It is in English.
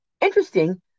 Interesting